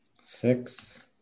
Six